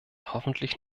hoffentlich